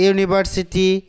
University